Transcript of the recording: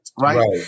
Right